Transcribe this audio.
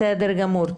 בסדר גמור.